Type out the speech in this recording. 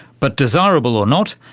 but, desirable or not,